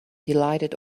delighted